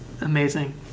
Amazing